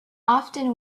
often